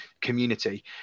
community